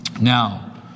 Now